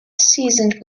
seasoned